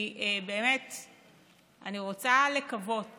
אני רוצה לקוות